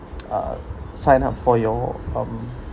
uh sign up for your um